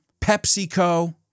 PepsiCo